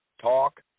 talk